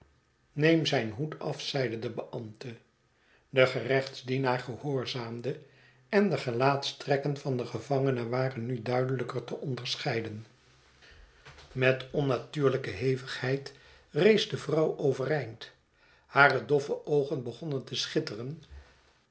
neem zijn hoed af zeide de beambte de gerechtsdienaar gehoorzaamde en de gelaatstrekken van den gevangene waren nu duidelijker te onderscheiden met onnatuurlijke hevigheid rees de vrouw overeind hare doffe oogen begonnen te schitteren